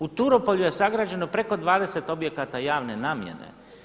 U Turopolju je sagrađeno preko 20 objekata javne namjene.